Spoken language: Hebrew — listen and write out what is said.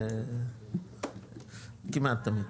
כמעט תמיד,